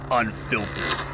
unfiltered